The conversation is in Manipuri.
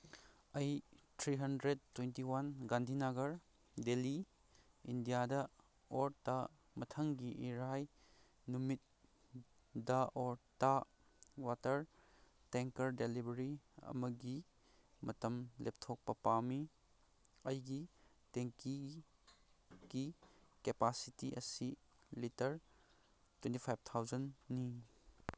ꯑꯩ three hundred twenty one Gandhinagar Delhi ꯏꯟꯗꯤꯌꯥꯗ ꯑꯣꯔ ꯇ ꯃꯊꯪꯒꯤ ꯏꯔꯥꯏ ꯅꯨꯃꯤꯠꯗ order water tanker delivery ꯑꯃꯒꯤ ꯃꯇꯝ ꯂꯦꯞꯊꯣꯛꯄ ꯄꯥꯝꯃꯤ ꯑꯩꯒꯤ ꯇꯦꯡꯀꯤꯀꯤ ꯀꯦꯄꯥꯁꯤꯇꯤ ꯑꯁꯤ ꯂꯤꯇꯔ ꯇ꯭ꯋꯦꯟꯇꯤ ꯐꯥꯏꯚ ꯊꯥꯎꯖꯟꯅꯤ